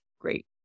great